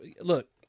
Look